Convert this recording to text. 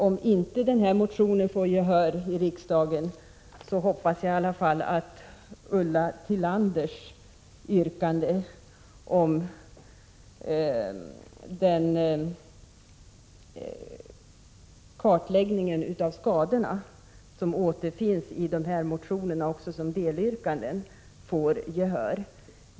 Om inte denna motion får gehör i riksdagen hoppas jag i alla fall att Ulla Tillanders yrkande om en kartläggning av skadorna, som återfinns som delyrkande också i de här motionerna, vinner framgång.